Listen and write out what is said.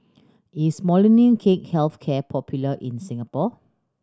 is Molnylcke Health Care popular in Singapore